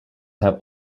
have